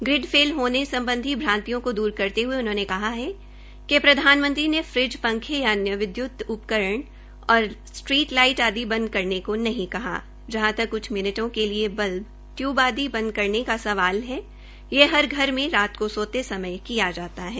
grid fail होने सम्बधी भ्रांतियों को दूर करते हये उन्होंने कहा कि प्रधानमंत्री ने फ्रिज पंखे या अन्य विदयूत उपकरण और स्ट्रीट लाइट आदि बंद करने को नहीं कहा जहां तक कुछ मिनटों के लिए बल्ब टय्रब आदि बंद करने का सवाल है ये हर घर में रात को सोते समय किया जाता है